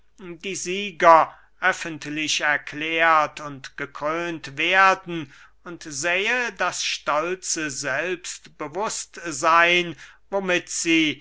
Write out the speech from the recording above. die sieger öffentlich erklärt und gekrönt werden und sähe das stolze selbstbewußtseyn womit sie